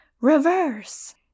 Reverse